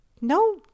No